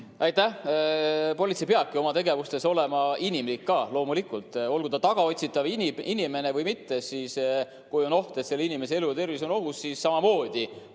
Aitäh! Politsei peabki oma tegevustes olema inimlik, loomulikult. Olgu ta tagaotsitav inimene või mitte, kui on oht, et selle inimese elu ja tervis on ohus, siis politsei